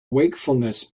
wakefulness